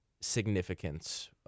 significance